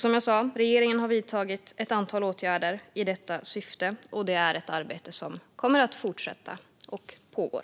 Som jag sa: Regeringen har vidtagit ett antal åtgärder i detta syfte, och det är ett arbete som kommer att fortsätta och som pågår.